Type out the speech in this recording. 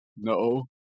No